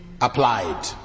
applied